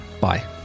Bye